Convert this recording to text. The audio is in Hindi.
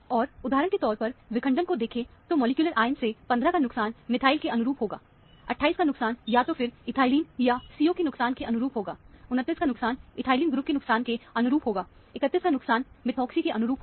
और उदाहरण के तौर पर विखंडन को देखें तो मॉलिक्यूलर आयन से 15 का नुकसान मिथाइल के अनुरूप होगा 28 का नुकसान या तो फिर इथाईलीन या CO के नुकसान के अनुरूप होगा 29 का नुकसान इथाइल ग्रुप के नुकसान के अनुरूप होगा 31 का नुकसान मीथाकक्षी के अनुरूप होगा